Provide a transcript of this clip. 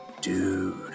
Dude